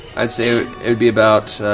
i'd say it'd be about